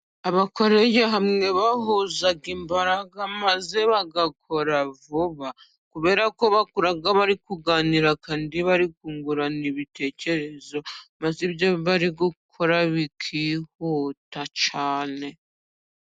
Abakoreye hamwe bahuza imbaraga， maze bagakora vuba， kubera ko bakora bari kuganira kandi bari kungurana ibitekerezo， maze ibyo bari gukora bikihuta cyane.